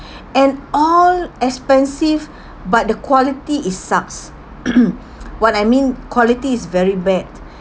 and all expensive but the quality is sucks what I mean quality is very bad